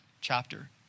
chapter